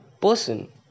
person